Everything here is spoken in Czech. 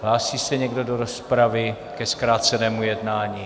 Hlásí se někdo do rozpravy ke zkrácenému jednání?